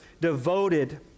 devoted